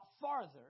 farther